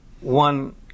one